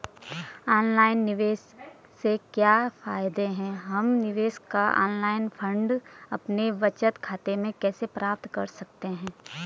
Online निवेश से क्या फायदा है हम निवेश का ऑनलाइन फंड अपने बचत खाते में कैसे प्राप्त कर सकते हैं?